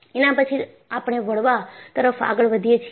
એના પછી આપણે વળવા તરફ આગળ વધીએ છીએ